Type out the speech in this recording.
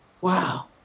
wow